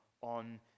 on